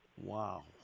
Wow